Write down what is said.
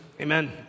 Amen